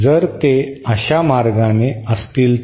जर ते अशा मार्गाने असतील तर